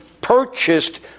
purchased